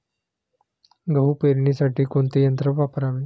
गहू पेरणीसाठी कोणते यंत्र वापरावे?